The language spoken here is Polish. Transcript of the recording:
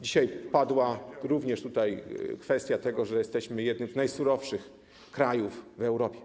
Dzisiaj padła również kwestia tego, że jesteśmy jednym z najsurowszych krajów w Europie.